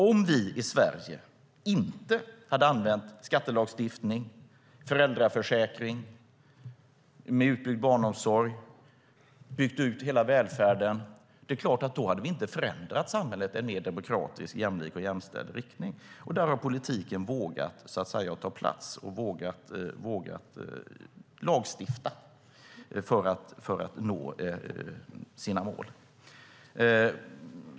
Om vi i Sverige inte hade använt skattelagstiftning, föräldraförsäkring, utbyggd barnomsorg och utbyggnad av hela välfärden hade vi såklart inte förändrat samhället i en mer demokratisk, jämlik och jämställd riktning. Där har politiken vågat ta plats och vågat lagstifta för att nå sina mål.